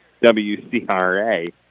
WCRA